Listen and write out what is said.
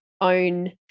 own